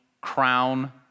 crown